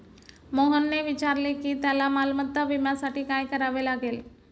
मोहनने विचारले की त्याला मालमत्ता विम्यासाठी काय करावे लागेल?